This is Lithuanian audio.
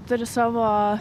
turi savo